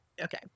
Okay